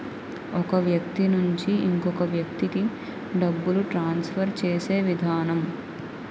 ఒక వ్యక్తి నుంచి ఇంకొక వ్యక్తికి డబ్బులు ట్రాన్స్ఫర్ చేసే విధానం